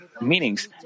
meanings